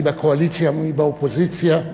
מי בקואליציה ומי באופוזיציה.